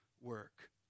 work